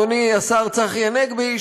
אדוני השר צחי הנגבי,